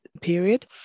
period